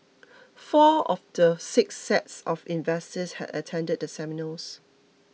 four of the six sets of investors had attended the seminars